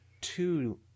two